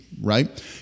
right